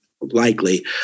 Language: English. likely